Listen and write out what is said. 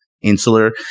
insular